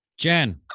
Jen